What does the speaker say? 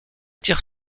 tire